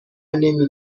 نمی